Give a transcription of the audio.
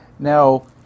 Now